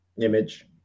Image